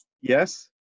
Yes